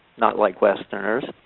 not like westerners.